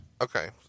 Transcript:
Okay